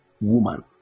woman